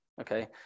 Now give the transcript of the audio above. Okay